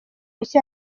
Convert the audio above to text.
nshya